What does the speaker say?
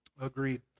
Agreed